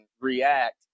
react